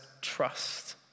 trust